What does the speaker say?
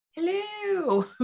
hello